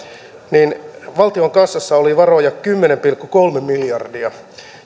valtion kassassa oli varoja kymmenen pilkku kolme miljardia